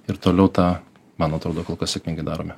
ir toliau tą man atrodo kol kas sėkmingai darome